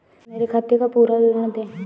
मेरे खाते का पुरा विवरण दे?